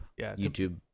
YouTube